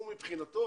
הוא מבחינתו